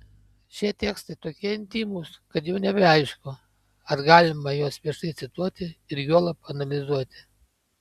šie tekstai tokie intymūs kad jau nebeaišku ar galima juos viešai cituoti ir juolab analizuoti